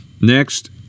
Next